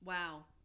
Wow